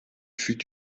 fut